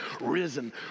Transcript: risen